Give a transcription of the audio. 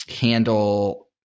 handle